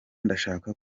ndashaka